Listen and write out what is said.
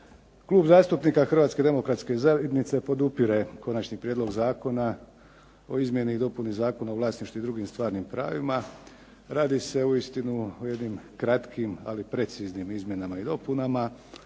Klub zastupnika Hrvatske demokratske zajednice podupire konačni prijedlog Zakona o izmjeni i dopuni Zakona o vlasništvu i drugim stvarnim pravima. Radi se uistinu o jednim kratkim, ali preciznim izmjenama i dopunama